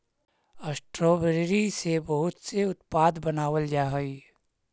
strawberry से बहुत से उत्पाद बनावाल जा हई